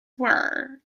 were